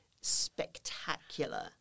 spectacular